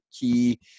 key